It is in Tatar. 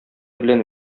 белән